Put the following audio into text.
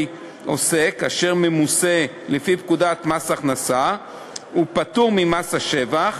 עוסק אשר ממוסה לפי פקודת מס הכנסה ופטור ממס השבח,